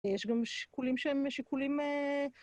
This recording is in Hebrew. יש גם שיקולים שהם שיקולים...